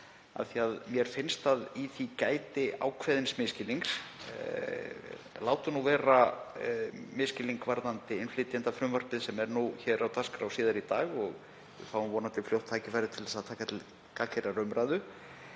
af því að mér finnst að í því gæti ákveðins misskilnings. Látum nú vera misskilning varðandi innflytjendafrumvarpið sem er hér á dagskrá síðar í dag og við fáum vonandi fljótt tækifæri til þess að taka til gagngerrar umræðu.